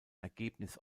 ergebnis